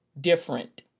different